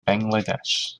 bangladesh